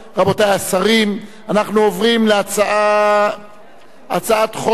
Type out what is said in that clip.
רבותי השרים, אנחנו עוברים להצעת חוק